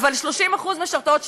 אבל 30% משרתות שנתיים,